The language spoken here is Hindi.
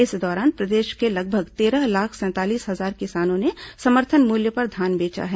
इस दौरान प्रदेश के लगभग तेरह लाख सैंतालीस हजार किसानों ने समर्थन मूल्य पर धान बेचा है